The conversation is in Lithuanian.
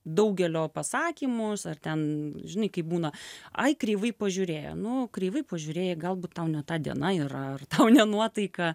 daugelio pasakymus ar ten žinai kaip būna ai kreivai pažiūrėjo nu kreivai pažiūrėjo galbūt tau ne ta diena yra ar tau ne nuotaika